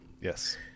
Yes